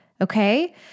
Okay